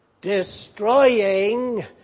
destroying